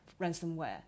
ransomware